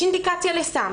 יש אינדיקציה לסם,